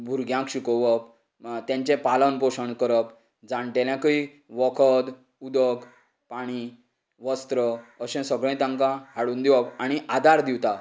भुरग्यांक शिकोवप तेंचें पालन पोशण करप जाण्टेल्यांकूय वखद उदक पाणी वस्त्र अशें सगळें तांकां हाडून दिवप आनी आदार दितात